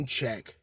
check